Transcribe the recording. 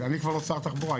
אני כבר לא שר התחבורה,